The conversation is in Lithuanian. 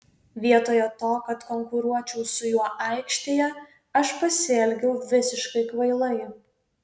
vietoje to kad konkuruočiau su juo aikštėje aš pasielgiau visiškai kvailai